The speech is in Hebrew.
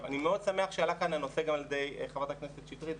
אני מאוד שמח שעלה כאן הנושא על ידי חברת הכנסת שטרית,